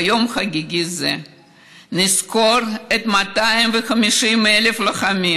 ביום חגיגי זה נזכור את 250,000 הלוחמים